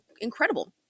incredible